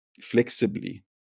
flexibly